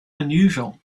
unusual